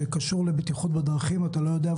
שקשור לבטיחות בדרכים אולי אתה לא יודע,